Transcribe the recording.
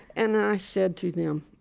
and i said to them,